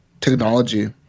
technology